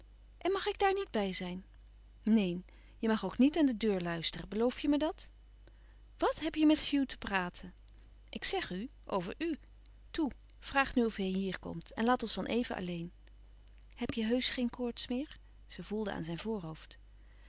en mag ik daar niet bij zijn neen je mag ook niet aan de deur luisteren beloof je me dat wàt heb je met hugh te praten ik zeg u over u toe vraag nu of hij hier komt en laat ons dan even alleen heb je heusch geen koorts meer zij voelde aan zijn voorhoofd